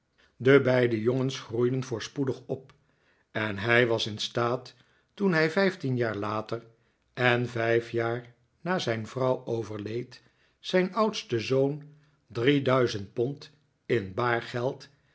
de beide jongens groeiden voorspoedig op en hij was in staat toen hij vijftien jaar later en vijf jaar na zijn vrouw overleed zijn oudsten zoon drie duizend pond in baar geld